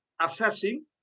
assessing